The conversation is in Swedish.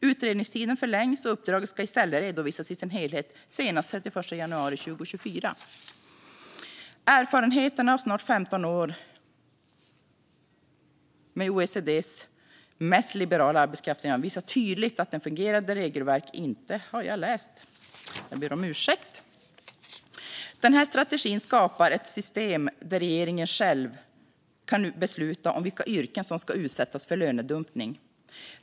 Utredningstiden förlängs, och uppdraget ska i stället redovisas i sin helhet senast den 31 januari 2024. Denna strategi skapar ett system där regeringen själv kan besluta om vilka yrken som ska utsättas för lönedumping.